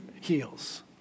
heals